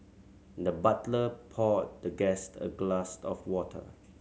the butler poured the guest a glass of water